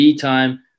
time